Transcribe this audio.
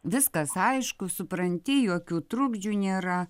viskas aišku supranti jokių trukdžių nėra